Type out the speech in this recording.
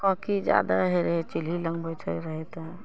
खोखी जादा होइ रहै चुल्ही लङ्ग बैठे रहै तऽ